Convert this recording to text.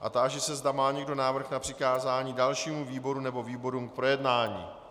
Táži se, zda má někdo návrh na přikázání dalšímu výboru nebo výborům k projednání.